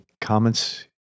comments